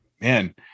man